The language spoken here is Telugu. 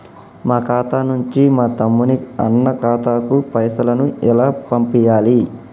మా ఖాతా నుంచి మా తమ్ముని, అన్న ఖాతాకు పైసలను ఎలా పంపియ్యాలి?